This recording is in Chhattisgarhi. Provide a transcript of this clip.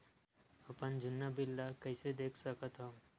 अपन जुन्ना बिल ला कइसे देख सकत हाव?